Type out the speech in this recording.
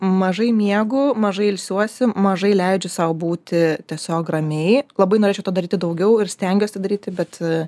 mažai miegu mažai ilsiuosi mažai leidžiu sau būti tiesiog ramiai labai norėčiau to daryti daugiau ir stengiuosi daryti bet